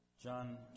John